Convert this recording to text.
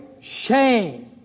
shame